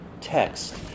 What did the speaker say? text